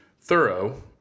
thorough